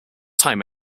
time